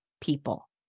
people